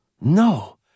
No